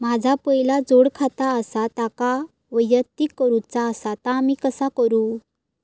माझा पहिला जोडखाता आसा त्याका वैयक्तिक करूचा असा ता मी कसा करू?